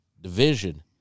division